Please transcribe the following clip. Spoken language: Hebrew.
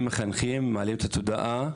הם מחנכים לעליית המודעות